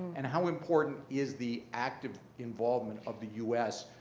and how important is the active involvement of the us,